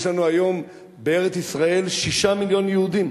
יש לנו היום בארץ-ישראל 6 מיליון יהודים.